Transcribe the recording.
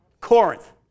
Corinth